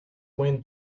win